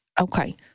okay